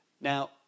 Now